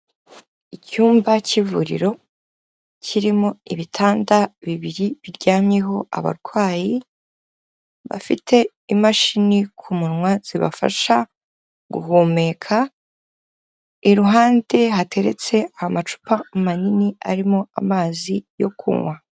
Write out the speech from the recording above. Icyumba cy'ivuriro kirimo ibitanda bibiri biryamyeho abarwayi, bafite imashini ku munwa zibafasha guhumeka, iruhande hateretse amacupa manini arimo amazi yo kunywa.